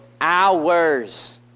hours